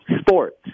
sports